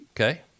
Okay